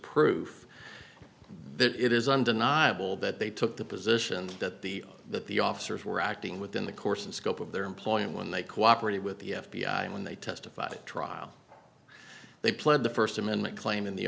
proof that it is undeniable that they took the position that the that the officers were acting within the course and scope of their employment when they cooperated with the f b i when they testified at trial they pled the first amendment claim in the